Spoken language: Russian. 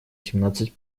семнадцать